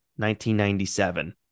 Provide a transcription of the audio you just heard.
1997